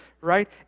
right